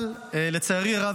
אבל לצערי הרב,